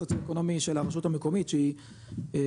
הסוציו אקונומי של הרשות המקומית שהיא בתאגיד,